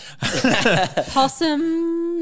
Possum